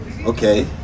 okay